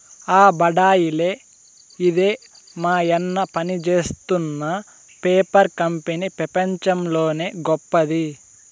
ఆ బడాయిలే ఇదే మాయన్న పనిజేత్తున్న పేపర్ కంపెనీ పెపంచంలోనే గొప్పది